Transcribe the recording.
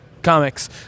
comics